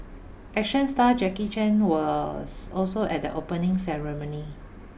action star Jackie Chan was also at the opening ceremony